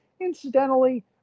Incidentally